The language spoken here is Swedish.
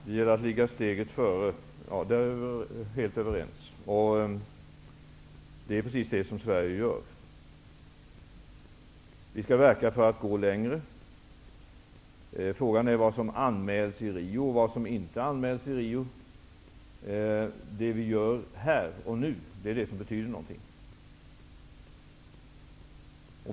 Fru talman! Det gäller att ligga steget före, om det är vi helt överens. Det är precis vad Sverige gör. Vi skall verka för att gå längre. Frågan är vad som anmäls i Rio och vad som inte anmäls i Rio. Det vi gör här och nu är det som betyder någonting.